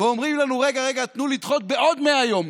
ואומרים לנו: רגע, רגע, תנו לדחות בעוד 100 יום.